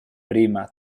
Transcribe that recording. prima